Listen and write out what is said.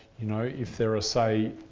you know if there are say,